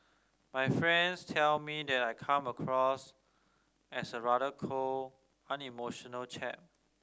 my friends tell me that I come across as a rather cold unemotional chap